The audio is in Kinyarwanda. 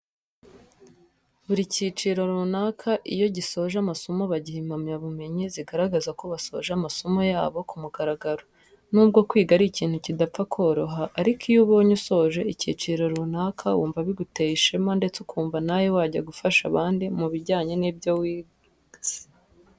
Buri cyiciro runaka iyo gisoje amasomo bagiha impamyabumenyi zigaragaza ko basoje amasomo yabo ku mugaragaro. Nubwo kwiga ari ikintu kidapfa koroha ariko iyo ubonye usoje icyiciro runaka wumva biguteye ishema ndetse ukumva nawe wajya gufasha abandi mu bijyanye n'ibyo wize.